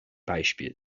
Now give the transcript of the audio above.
beispiel